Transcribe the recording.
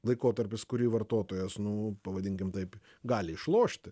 laikotarpis kurį vartotojas nu pavadinkim taip gali išlošti